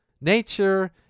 Nature